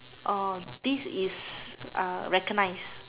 orh this is uh recognized